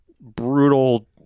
brutal